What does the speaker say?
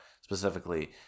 specifically